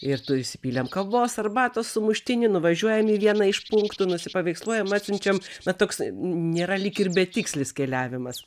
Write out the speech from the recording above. ir tu įsipylėm kavos arbatos sumuštinį nuvažiuojam į vieną iš punktų nusipaveiksluojam atsiunčiam na toks nėra lyg ir betikslis keliavimas